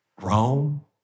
Rome